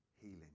healing